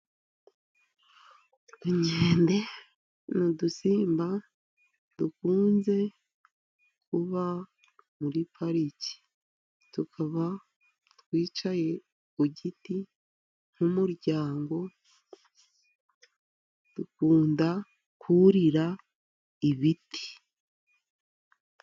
Inkende ni udusimba dukunze kuba muri pariki, tukaba twicaye ku giti nk'umuryango ,dukunda kurira ibiti.